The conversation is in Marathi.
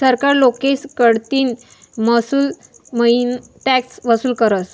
सरकार लोकेस कडतीन महसूलमईन टॅक्स वसूल करस